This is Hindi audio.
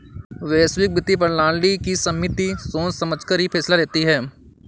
वैश्विक वित्तीय प्रणाली की समिति सोच समझकर ही फैसला लेती है